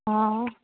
हा